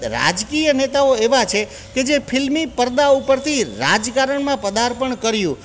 રાજકીય નેતાઓ એવા છે કે જે ફિલ્મી પરદા ઉપરથી રાજકારણમાં પદાર્પણ કર્યું